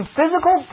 physical